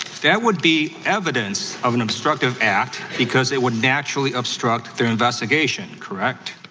that would be evidence of an obstructive act because it would naturally obstruct their investigation, correct?